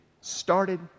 started